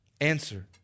Answer